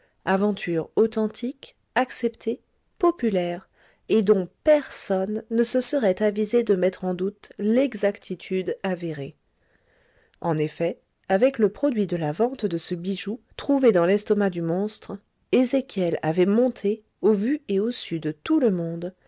aventure authentique acceptée populaire et dont personne ne se serait avisé de mettre en doute l'exactitude avérée en effet avec le produit de la vente de ce bijou trouvé dans l'estomac du monstre ezéchiel avait monté au vu et au su de tout le monde